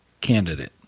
candidate